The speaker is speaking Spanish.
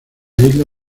isla